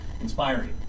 inspiring